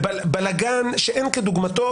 בלגן שאין כדוגמתו.